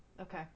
Okay